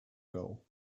goal